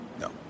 No